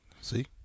See